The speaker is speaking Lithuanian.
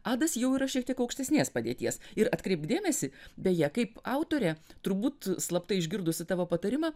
adas jau yra šiek tiek aukštesnės padėties ir atkreipk dėmesį beje kaip autorė turbūt slapta išgirdusi tavo patarimą